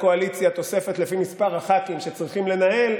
הקואליציה תוספת לפי מספר הח"כים שצריכים לנהל?